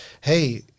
Hey